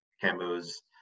Camus